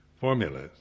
formulas